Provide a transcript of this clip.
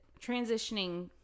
transitioning